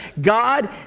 God